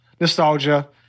nostalgia